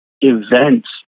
events